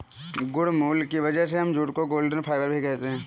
गुण और मूल्य की वजह से हम जूट को गोल्डन फाइबर भी कहते है